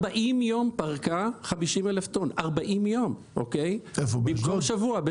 40 יום היא פרקה 50,000 טון, במקום בשבוע.